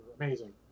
amazing